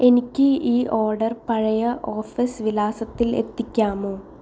എനിക്ക് ഈ ഓർഡർ പഴയ ഓഫീസ് വിലാസത്തിൽ എത്തിക്കാമോ